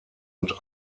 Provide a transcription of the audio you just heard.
und